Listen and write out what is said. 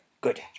good